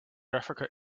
africa